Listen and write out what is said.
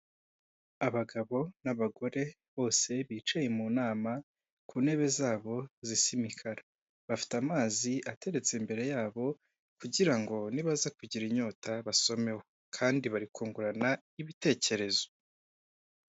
Abagabo n'abagore bose bicaye mu nama ku ntebe zabo zisa imikara, bafite amazi ateretse imbere yabo kugira ngo nibaza kugira inyota basomeho kandi bari kungurana ibitekerezo.